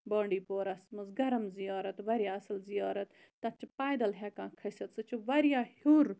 بانڈی پورَس مَنٛز گرم زیارَت واریاہ اصل زِیارَت تتھ چھِ پایدَل ہیٚکان کھٔسِتھ سُہ چھُ واریاہ ہیٚور